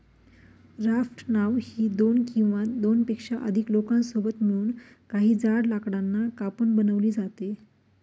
raft नाव ही दोन किंवा दोनपेक्षा अधिक लोकांसोबत मिळून, काही जाड लाकडांना कापून बनवली जाते